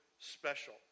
special